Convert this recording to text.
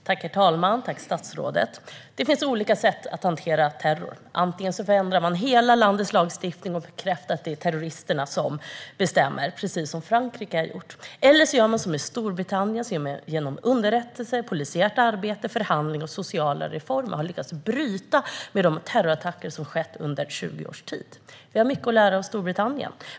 Herr talman! Tack statsrådet! Det finns olika sätt att hantera terror. Antingen förändrar man landets hela lagstiftning och bekräftar att det är terroristerna som bestämmer, precis som man har gjort i Frankrike. Eller också gör man som i Storbritannien som genom underrättelser, polisiärt arbete, förhandlingar och sociala reformer har lyckats att bryta med de terrorattacker som har skett under 20 års tid. Vi har mycket att lära av Storbritannien.